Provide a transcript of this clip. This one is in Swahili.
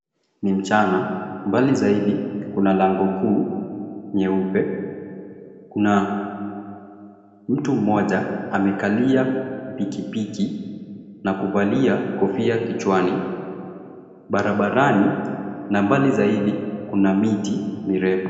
Ni mchana. Mbali zaidi kuna lango kuu nyeupe. Kuna mtu mmoja amekalia pikipiki na kuvalia kofia kichwani. Barabarani na mbali zaidi kuna miti mirefu.